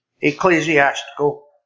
ecclesiastical